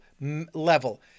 level